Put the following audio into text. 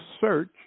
search